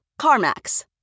CarMax